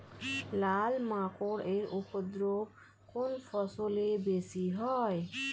লাল মাকড় এর উপদ্রব কোন ফসলে বেশি হয়?